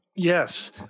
Yes